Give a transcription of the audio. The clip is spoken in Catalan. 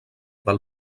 del